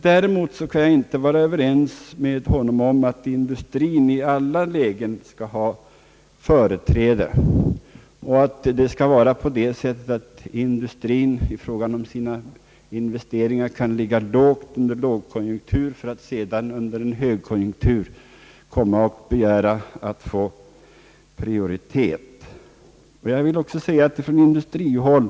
Däremot kan jag inte vara överens med finansministern om att industrien i alla lägen skall ha företräde och att det skall vara på det sättet att industrien skall kunna göra låga eller inga investeringar under lågkonjunkturer för att sedan under en högkonjunktur begära att få prioritet för sina investeringar.